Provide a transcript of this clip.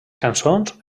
cançons